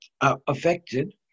affected